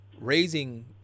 raising